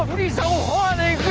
me so horny?